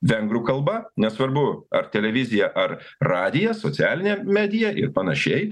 vengrų kalba nesvarbu ar televizija ar radijas socialinė medija ir panašiai